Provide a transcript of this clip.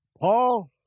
Paul